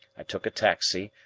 i took a taxi,